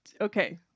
Okay